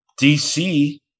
DC